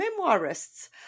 memoirists